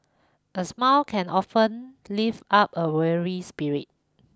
a smile can often lift up a weary spirit